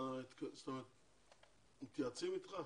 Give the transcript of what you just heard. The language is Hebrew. מתייעצים איתך?